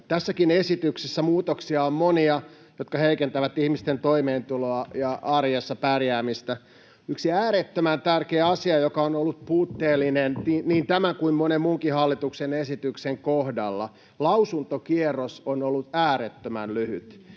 Tässäkin esityksessä on monia muutoksia, jotka heikentävät ihmisten toimeentuloa ja arjessa pärjäämistä. Yksi äärettömän tärkeä asia, joka on ollut puutteellinen niin tämän kuin monen muunkin hallituksen esityksen kohdalla: lausuntokierros on ollut äärettömän lyhyt,